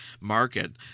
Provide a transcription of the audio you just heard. market